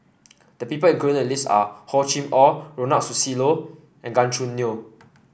the people included in the list are Hor Chim Or Ronald Susilo and Gan Choo Neo